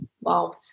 Wow